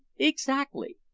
exactly.